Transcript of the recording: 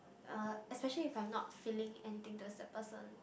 uh especially if I'm not feeling anything towards the person